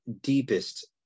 deepest